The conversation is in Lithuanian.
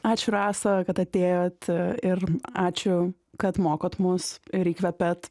ačiū rasa kad atėjot ir ačiū kad mokot mus ir įkvepiat